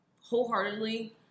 wholeheartedly